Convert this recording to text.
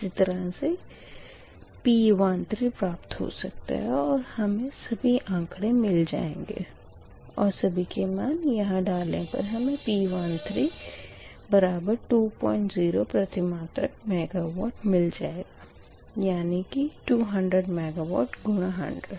इसी तरह से P13 प्राप्त हो सकता है और हमें सभी आँकड़े मिल जाएँगे और सभी के मान यहाँ डालने पर हमें P13 20 प्रतिमात्रक मेगावाट मिल जाएगा यानी कि 200 मेगावाट गुणा 100